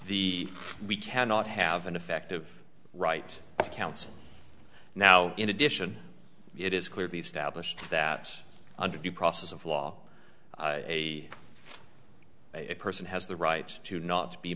the we cannot have an effective right to counsel now in addition it is clearly established that under due process of law a person has the right to not be